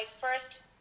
first